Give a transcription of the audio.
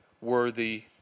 worthy